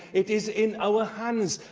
it is in our hands.